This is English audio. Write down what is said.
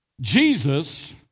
Jesus